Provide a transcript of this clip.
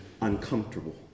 Uncomfortable